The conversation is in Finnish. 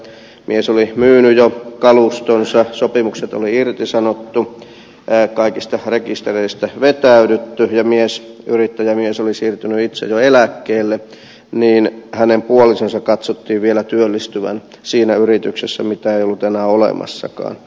kun mies oli myynyt jo kalustonsa sopimukset oli irtisanottu kaikista rekistereistä vetäydytty ja mies yrittäjämies oli siirtynyt itse jo eläkkeelle niin hänen puolisonsa katsottiin vielä työllistyvän siinä yrityksessä mitä ei ollut enää olemassakaan